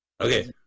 Okay